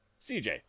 CJ